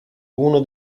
uno